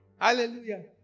Hallelujah